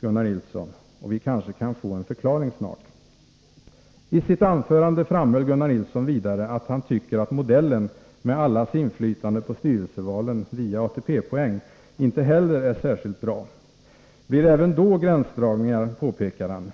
Gunnar Nilsson, och vi kanske kan få en förklaring snart. Isitt anförande framhöll Gunnar Nilsson vidare att han tycker att modellen med allas inflytande på styrelsevalen via ATP-poäng inte heller är särskilt bra. Det blir även då gränsdragningar, påpekar han.